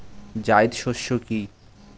জায়িদ শস্য কি?